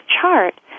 chart